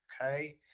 Okay